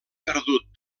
perdut